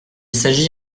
s’agit